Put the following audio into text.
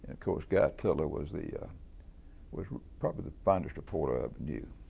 and course guy tiller was the was probably the finest reporter i ever knew,